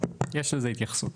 יש לזה התייחסות.